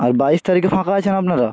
আর বাইশ তারিখে ফাঁকা আছেন আপনারা